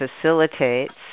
facilitates